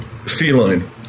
Feline